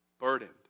burdened